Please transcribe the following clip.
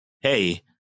hey